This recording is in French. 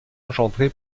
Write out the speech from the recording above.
engendré